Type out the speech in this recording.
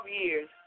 years